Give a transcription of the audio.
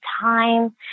time